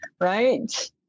right